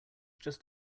just